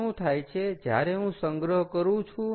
તો શું થાય છે જ્યારે હું સંગ્રહ કરું છું